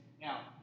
now